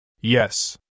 Yes